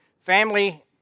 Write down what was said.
family